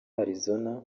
arizona